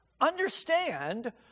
Understand